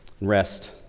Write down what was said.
rest